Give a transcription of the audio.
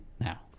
now